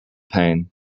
pain